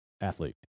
athlete